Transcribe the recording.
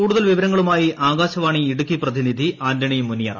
കൂടുതൽ വിവരങ്ങളുമായി ആകാശവാണി ഇടുക്കി പ്രതിനിധി ആന്റണി മുനിയറ